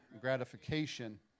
gratification